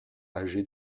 âgés